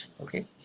okay